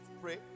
pray